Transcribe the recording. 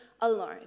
alone